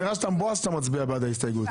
נראה שאתה מבואס כשאתה מצביע בעד ההסתייגות.